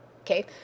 Okay